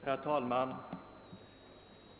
Herr talman!